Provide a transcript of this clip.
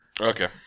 Okay